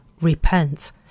repent